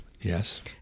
Yes